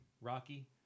Rocky